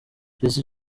jesse